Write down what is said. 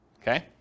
Okay